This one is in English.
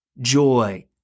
joy